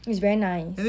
it's very nice